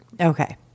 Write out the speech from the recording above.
Okay